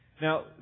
Now